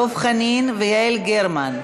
דב חנין ויעל גרמן.